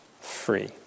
free